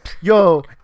Yo